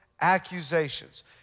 accusations